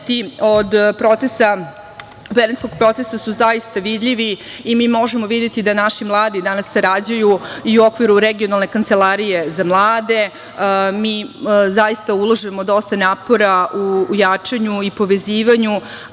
od Berlinskog procesa su zaista vidljivi i mi možemo videti da naši mladi danas sarađuju i u okviru regionalne Kancelarije za mlade, mi zaista ulažemo dosta napora u jačanju i povezivanju,